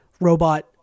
robot